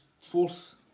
fourth